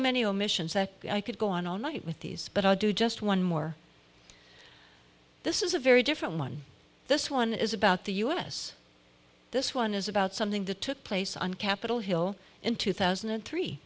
many omissions that i could go on all night with these but i'll do just one more this is a very different one this one is about the us this one is about something that took place on capitol hill in two thousand and three